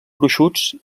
gruixuts